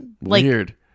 Weird